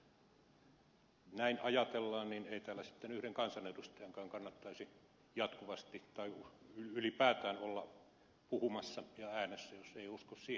jos näin ajatellaan niin ei täällä sitten yhden kansanedustajankaan kannattaisi jatkuvasti tai ylipäätään olla puhumassa ja äänessä jos ei usko siihen vaikuttamiseen